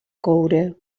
coure